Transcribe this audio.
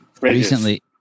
Recently